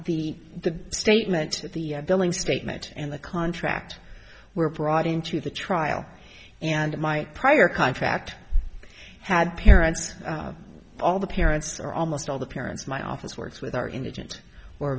the statement the billing statement and the contract were brought into the trial and my prior contract had parents all the parents are almost all the parents my office works with are indigent or